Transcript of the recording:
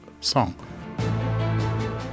song